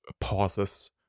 pauses